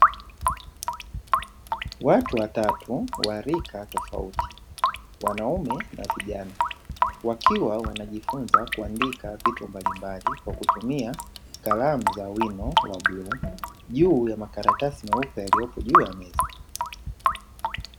Watu watatu wa rika tofauti, wanaume na vijana, wakiwa wanajifunza kuandika vitu mbalimbali kwa kutumia kalamu za wino wa bluu; juu ya makaratasi meupe yaliyoko juu ya meza.